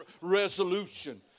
resolution